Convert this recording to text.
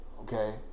okay